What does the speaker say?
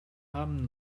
haben